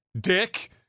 Dick